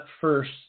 first